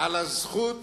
על הזכות